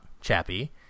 Chappie